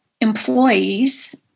employees